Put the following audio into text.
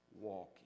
walking